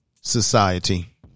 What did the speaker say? society